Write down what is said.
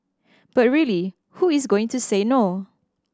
but really who is going to say no